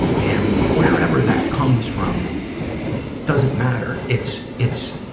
and wherever that comes from doesn't matter. it's, it's,